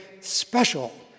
special